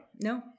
No